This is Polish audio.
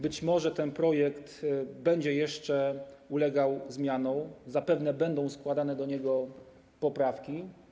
Być może ten projekt będzie jeszcze ulegał zmianom, zapewne będą składane do niego poprawki.